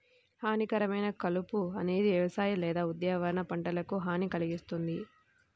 హానికరమైన కలుపు అనేది వ్యవసాయ లేదా ఉద్యానవన పంటలకు హాని కల్గిస్తుంది